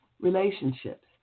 relationships